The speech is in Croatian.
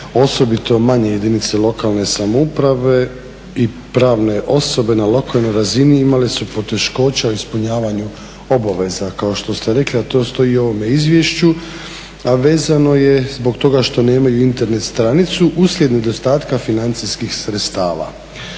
osobito manje jedinice lokalne samouprave i pravne osobe na lokalnoj razini imale su poteškoća u ispunjavanju obaveza kao što ste rekli, a to stoji u ovome izvješću, a vezano je zbog toga što nemaju Internet stranicu uslijed nedostatka financijskih sredstava